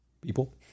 People